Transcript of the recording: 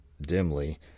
dimly